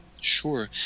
Sure